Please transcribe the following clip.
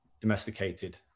domesticated